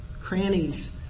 crannies